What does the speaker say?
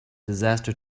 disaster